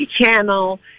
channel